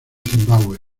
zimbabue